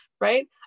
right